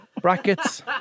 brackets